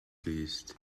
glust